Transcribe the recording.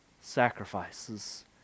sacrifices